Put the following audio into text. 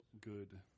good